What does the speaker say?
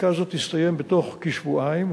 בדיקה זו תסתיים בתוך כשבועיים,